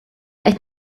qed